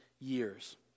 years